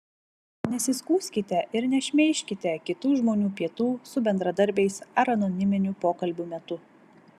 nesiskųskite ir nešmeižkite kitų žmonių pietų su bendradarbiais ar anoniminių pokalbių metų